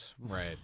right